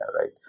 right